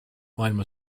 maailma